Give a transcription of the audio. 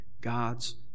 God's